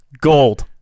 gold